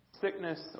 sickness